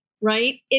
right